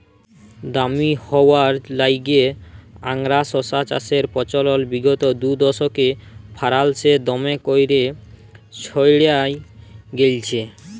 দামি হউয়ার ল্যাইগে আংগারা শশা চাষের পচলল বিগত দুদশকে ফারাল্সে দমে ক্যইরে ছইড়ায় গেঁইলছে